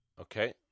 Okay